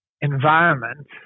environment